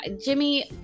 jimmy